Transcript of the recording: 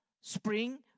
spring